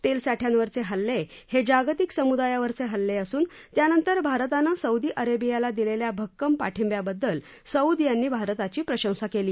तेलसाठयांवरचे हल्ले हे जागतिक सम्दायावरचे हल्ले असून त्यानंतर भारतानं सौदी अरेबियाला दिलेल्या भक्कम पाठिंब्याबद्दल सौद यांनी भारताची प्रशंसा केली